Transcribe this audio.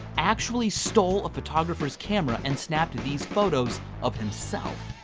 actually stole a photographer's camera and snapped these photos of himself.